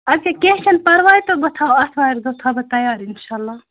اَدٕ کیاہ کیٚنٛہہ چھُنہٕ پرواے تہٕ بہٕ تھاو اَتھوارِ دۄہ تھاو بہٕ تیار اِنشاءاللہ